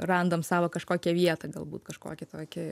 randam savo kažkokią vietą galbūt kažkokį tokį